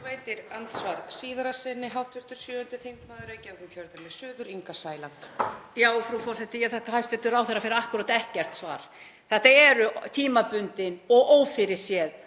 Þetta eru tímabundin og ófyrirséð